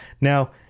now